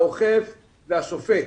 האוכף והשופט.